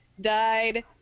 died